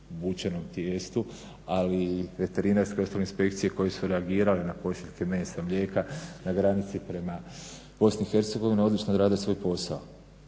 vučenom tijestu, ali veterinarske i ostale inspekcije koje su reagirale na pošiljke mesa i mlijeka na granici prema BiH odlično rade svoj posao